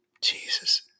Jesus